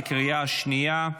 בקריאה השנייה.